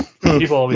people